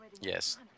Yes